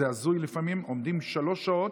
זה הזוי לפעמים, עומדים שלוש שעות,